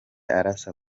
arasa